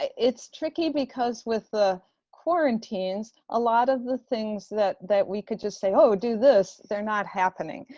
it's tricky because with the quarantines, a lot of the things that that we could just say, oh do this. they're not happening.